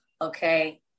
okay